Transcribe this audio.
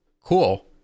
Cool